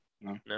No